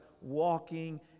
walking